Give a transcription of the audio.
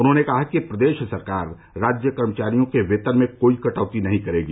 उन्होंने कहा कि प्रदेश सरकार राज्य कर्मचारियों के वेतन में कोई कटौती नहीं करेगी